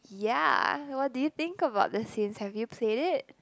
ya what do you think about the Sims have you played it